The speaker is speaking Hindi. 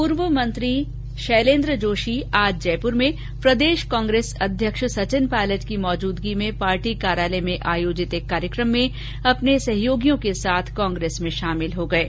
पूर्व मंत्री शैलेन्द्र जोशी आज जयपुर में प्रदेश कांग्रेस अध्यक्ष सचिन पायलट की मौजूदगी में पार्टी कार्यालय में आयोजित एक कार्यक्रम में अपने सहयोगियों के साथ कांग्रेस में शामिल हो गये